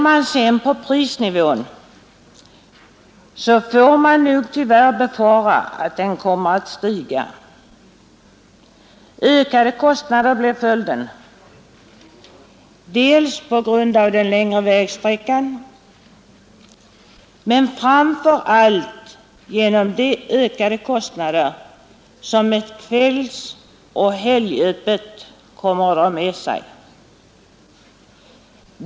Man kan nog tyvärr befara att prisnivån kommer att stiga. Ökade kostnader blir följden för konsumenterna, dels på grund av den längre vägsträckan till affären, dels och framför allt genom de ökade kostnader som ett kvällsoch helgöppet kommer att dra med sig.